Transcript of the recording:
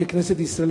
ככנסת ישראל,